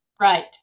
Right